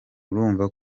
urumva